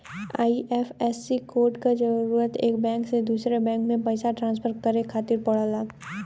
IFSC code क जरूरत एक बैंक से दूसरे बैंक में पइसा ट्रांसफर करे खातिर पड़ला